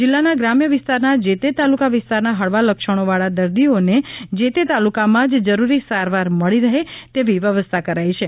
જિલ્લાના ગ્રામ્ય વિસ્તારના જે તે તાલુકા વિસ્તારના હળવા લક્ષણો વાળા દરદીઓ ને જે તે તાલુકામાં જ જરૂરી સારવાર મળી રહે તેવી વ્યવસ્થા કરાઇ છે